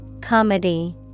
Comedy